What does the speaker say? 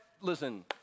Listen